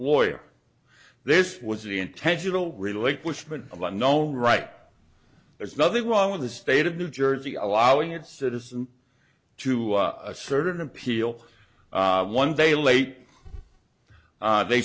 lawyer this was the intentional relinquishment of a known right there's nothing wrong with the state of new jersey allowing its citizens to a certain appeal one day late they